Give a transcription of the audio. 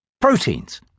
Proteins